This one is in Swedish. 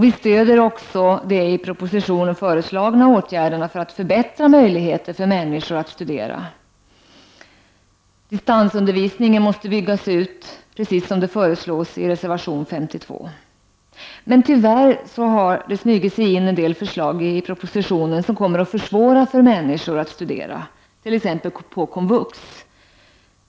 Vi stödjer också de i propositionen föreslagna åtgärderna för att förbättra möjligheterna för människor att studera. Distansundervisningen måste byggas ut, precis som vi föreslår i reservation 52. Tyvärr har det i propositionen smugit sig in en del förslag som kommer att försvåra för människor att studera på t.ex. Komvux.